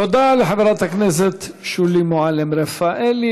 תודה לחברת הכנסת שולי מועלם-רפאלי.